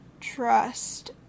trust